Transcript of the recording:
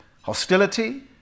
Hostility